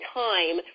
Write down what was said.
time